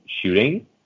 shooting